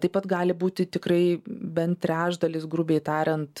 taip pat gali būti tikrai bent trečdalis grubiai tariant